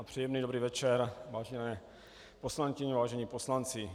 Příjemný dobrý večer, vážené poslankyně, vážení poslanci.